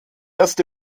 erste